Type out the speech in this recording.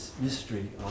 mystery